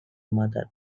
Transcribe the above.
mother